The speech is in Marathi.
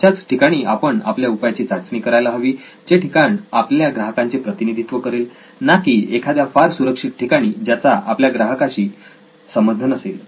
अशाच ठिकाणी आपण आपल्या उपायाची चाचणी करायला हवी जे ठिकाण आपल्या ग्राहकांचे प्रतिनिधित्व करेल ना की एखाद्या फार सुरक्षित ठिकाणी ज्याचा आपल्या ग्राहकांची संबंध नसेल